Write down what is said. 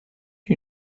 you